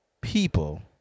people